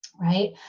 right